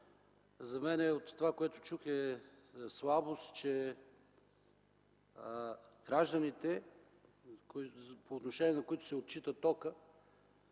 За мен от това, което чух, е слабост, че гражданите, по отношение на които се отчита